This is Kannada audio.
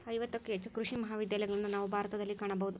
ಐವತ್ತಕ್ಕೂ ಹೆಚ್ಚು ಕೃಷಿ ಮಹಾವಿದ್ಯಾಲಯಗಳನ್ನಾ ನಾವು ಭಾರತದಲ್ಲಿ ಕಾಣಬಹುದು